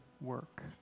work